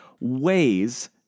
ways